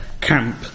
camp